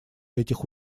этих